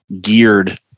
geared